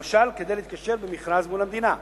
למשל כדי להתקשר במכרז מול המדינה,